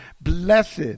Blessed